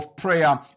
Prayer